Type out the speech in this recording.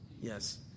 Yes